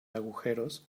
agujeros